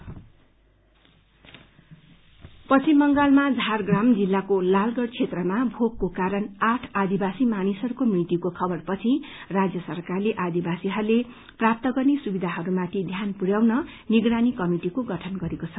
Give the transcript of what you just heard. य hunger death पश्चिम बंगालमा झाड़ग्राम जिल्लाको लालगढ़ क्षेत्रमा भोकको कारण आठ आदिवासी मानिसहरूको मृत्युको खबरपछि राजय सरकारले आदिवासीहरूले प्राप्त गर्ने सुविधाहरूमाथि ध्यान पुर्याउन निगरानी कमिटिको गठन गरेको छ